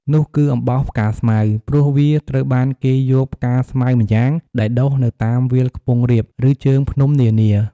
នោះគឺអំបោសផ្កាស្មៅ ព្រោះវាត្រូវបានគេយកផ្កាស្មៅម្យ៉ាង ដែលដុះនៅតាមវាលខ្ពង់រាប ឬជើងភ្នំនានា។